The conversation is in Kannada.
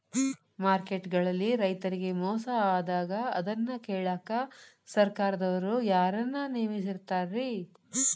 ಮಾರ್ಕೆಟ್ ಗಳಲ್ಲಿ ರೈತರಿಗೆ ಮೋಸ ಆದಾಗ ಅದನ್ನ ಕೇಳಾಕ್ ಸರಕಾರದವರು ಯಾರನ್ನಾ ನೇಮಿಸಿರ್ತಾರಿ?